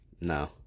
No